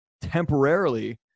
temporarily